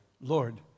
Lord